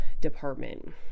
department